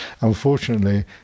Unfortunately